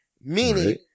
Meaning